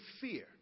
fear